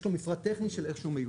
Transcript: יש לו מפרט טכני של איך שהוא מיוצר,